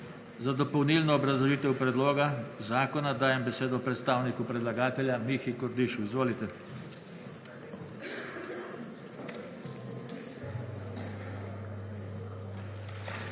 Za dopolnilno obrazložitev predloga zakona dajem besedo predstavniku predlagatelja Aleksandru Reberšku. Izvolite.